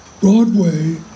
Broadway